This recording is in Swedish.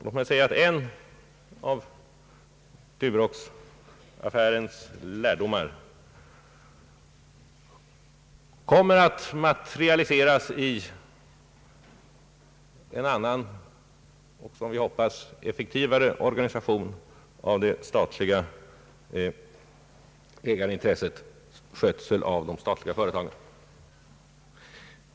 Låt mig säga att en av Duroxaffärens lärdomar kommer att materialiseras i en annan och som vi hoppas effektivare organisation för skötseln av de statliga företagen.